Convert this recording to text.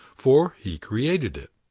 for he created it.